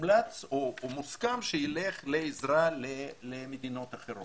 מומלץ או מוסכם שיילך לעזרה למדינות אחרות.